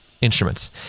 instruments